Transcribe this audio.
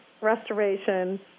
restoration